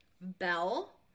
bell